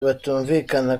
batumvikana